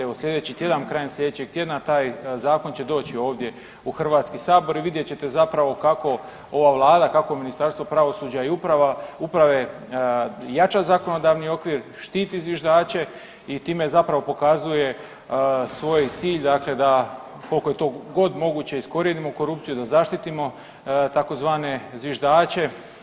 Evo sljedeći tjedan, krajem slijedećeg tjedna taj zakon će doći ovdje u Hrvatski sabor i vidjet ćete zapravo kako ova vlada, kako Ministarstvo pravosuđa i uprava, uprave jača zakonodavni okvir, štiti zviždače i time zapravo pokazuje svoj cilj dakle da koliko je to god moguće iskorijenimo korupciju, da zaštitimo tzv. zviždače.